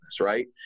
right